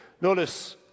Notice